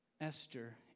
Esther